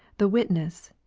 the witness,